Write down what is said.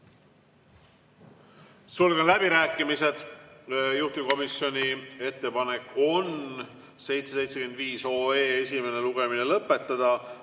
Sulgen läbirääkimised. Juhtivkomisjoni ettepanek on 775 OE esimene lugemine lõpetada.